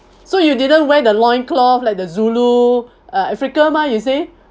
so you didn't wear the loincloth like the zulu uh africa mah you say